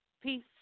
Peace